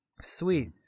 Sweet